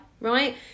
right